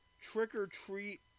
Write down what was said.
trick-or-treat